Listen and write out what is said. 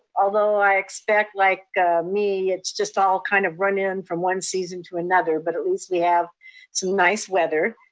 although i expect like me, it's just all kind of run in from one season to another, but at least we have some nice weather.